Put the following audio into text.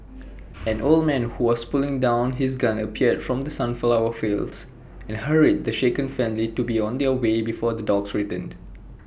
an old man who was putting down his gun appeared from the sunflower fields and hurried the shaken family to be on their way before the dogs return